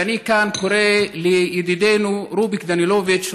ואני כאן קורא לידידנו רוביק דנילוביץ,